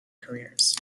careers